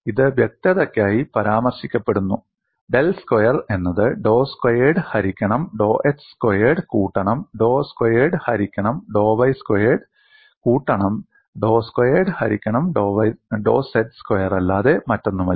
ഇത് വ്യക്തതയ്ക്കായി പരാമർശിക്കപ്പെടുന്നു ഡെൽ സ്ക്വയർ എന്നത് ഡോ സ്ക്വയർഡ് ഹരിക്കണം ഡോ x സ്ക്വയർഡ് കൂട്ടണം ഡോ സ്ക്വയർഡ് ഹരിക്കണം ഡോ y സ്ക്വയർഡ് കൂട്ടണം ഡോ സ്ക്വയർഡ് ഹരിക്കണം ഡോ z സ്ക്വയറല്ലാതെ മറ്റൊന്നുമല്ല